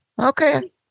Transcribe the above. Okay